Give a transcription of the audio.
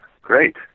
great